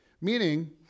Meaning